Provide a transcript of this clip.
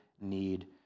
need